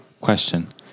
Question